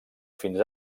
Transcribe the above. fins